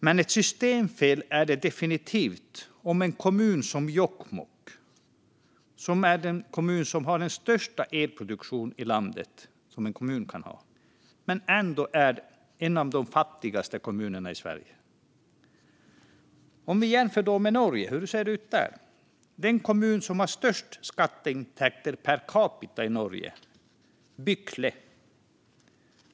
Men det är definitivt ett systemfel om en kommun som Jokkmokk, kommunen med den största elproduktionen i landet, ändå är en av de fattigaste kommunerna i Sverige. Låt oss jämföra med Norge. Hur ser det ut där? Den kommun som har störst skatteintäkter per capita i Norge är Bykle.